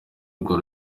urwo